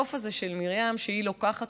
והתוף הזה של מרים, שהיא לוקחת,